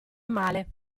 male